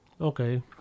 Okay